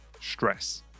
stress